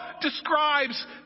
describes